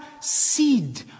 seed